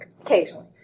Occasionally